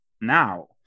now